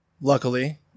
luckily